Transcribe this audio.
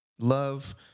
Love